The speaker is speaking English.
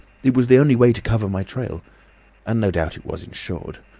it was the only way to cover my trail and no doubt it was insured.